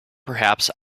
perhaps